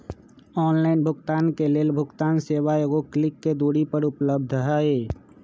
online भुगतान के लेल भुगतान सेवा एगो क्लिक के दूरी पर उपलब्ध हइ